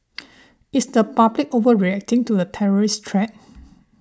is the public overreacting to the terrorist threat